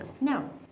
No